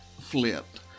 flipped